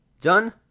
Done